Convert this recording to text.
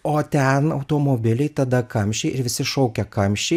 o ten automobiliai tada kamščiai ir visi šaukia kamščiai